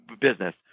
business